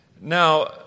Now